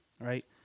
right